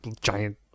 giant